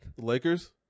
Lakers